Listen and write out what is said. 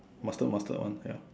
mustard mustard one ya